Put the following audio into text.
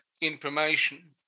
information